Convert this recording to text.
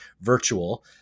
virtual